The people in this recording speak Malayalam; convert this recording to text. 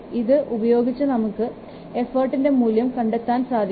ഇത് ഉപയോഗിച്ച് നമുക്ക് എഫർട്ടിൻറെ മൂല്യം കണ്ടെത്താൻ സാധിക്കും